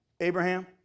Abraham